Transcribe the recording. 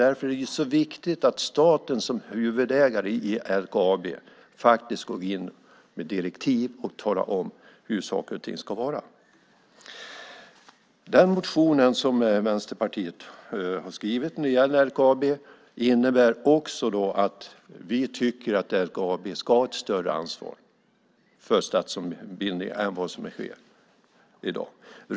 Därför är det så viktigt att staten som huvudägare i LKAB går in med direktiv och talar om hur saker och ting ska vara. Den motion som Vänsterpartiet har skrivit när det gäller LKAB innebär också att vi tycker att LKAB ska ha ett större ansvar för stadsombildning än vad som är fallet i dag.